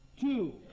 Two